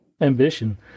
Ambition